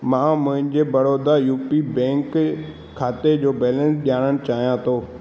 मां मुंहिंजे Baroda U P bank खाते जो बैलेंस ॼाणण चाहियां थो